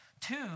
Two